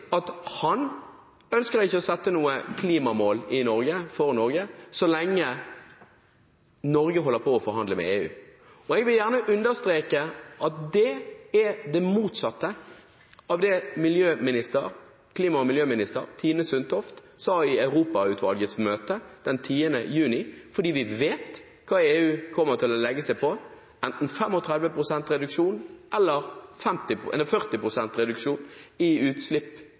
han ønsker ikke å sette noe klimamål for Norge, så lenge Norge holder på å forhandle med EU. Jeg vil gjerne understreke at det er det motsatte av det klima- og miljøminister Tine Sundtoft sa i Europautvalgets møte den 10. juni. Vi vet hva EU kommer til å legge seg på – enten 35 pst. reduksjon eller 40 pst. reduksjon i utslipp